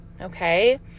Okay